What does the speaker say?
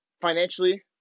financially